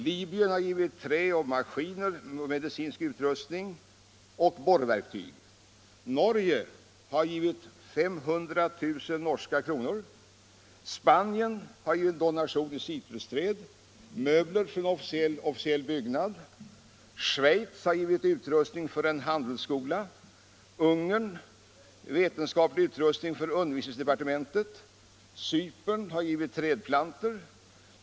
Libyen har givit trä och maskiner, medicinsk utrustning och borrverktyg. Norge har givit 500 000 norska kronor. Spanien har givit en donation i citrusträd och möbler till officiell byggnad. Schweiz har givit utrustning till en handelsskola. Ungern har givit vetenskaplig utrustning för undervisningsdepartementet. Cypern har givit trädplantor.